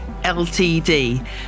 LTD